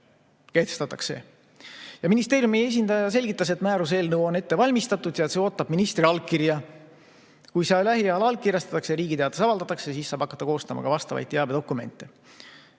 Ministeeriumi esindaja selgitas, et määruse eelnõu on ette valmistatud ja see ootab ministri allkirja. Kui see lähiajal allkirjastatakse ja Riigi Teatajas avaldatakse, siis saab hakata koostama ka teabedokumente.